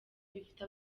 bifite